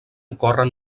ocórrer